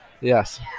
Yes